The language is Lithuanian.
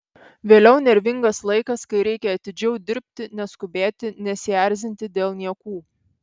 vėliau nervingas laikas kai reikia atidžiau dirbti neskubėti nesierzinti dėl niekų